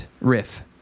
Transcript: riff